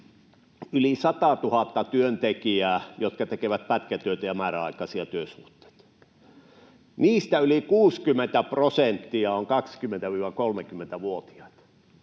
Yli 100 000 työntekijää, jotka tekevät pätkätyötä ja määräaikaisia työsuhteita. Niistä yli 60 prosenttia on 20—30-vuotiaita,